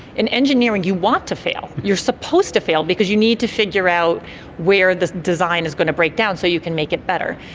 in engineering you want to fail, you're supposed to fail because you need to figure out where the design is going to break down so you can make it better.